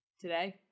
Today